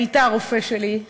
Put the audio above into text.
היית הרופא שלי.